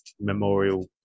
memorial